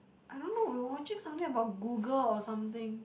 I don't know we were watching something about Google or something